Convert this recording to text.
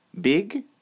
big